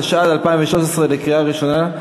התשע"ד 2013. קריאה ראשונה.